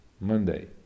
Monday